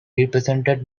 represented